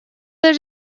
their